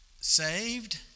saved